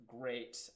great